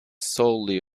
solely